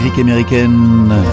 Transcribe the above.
américaine